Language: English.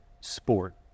sport